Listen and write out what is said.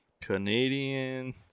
Canadian